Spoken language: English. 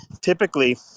typically